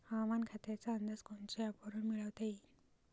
हवामान खात्याचा अंदाज कोनच्या ॲपवरुन मिळवता येईन?